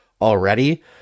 already